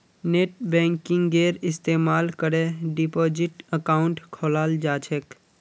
नेटबैंकिंगेर इस्तमाल करे डिपाजिट अकाउंट खोलाल जा छेक